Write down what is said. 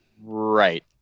Right